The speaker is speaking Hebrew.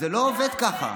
זה לא עובד ככה.